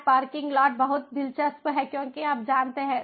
smart parking lot बहुत दिलचस्प हैं क्योंकि आप जानते हैं